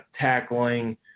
tackling